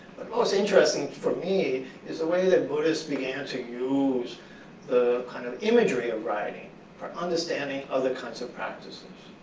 but most interesting for me is the way that buddhist began to use the kind of imagery of writing for understanding other kinds of practices.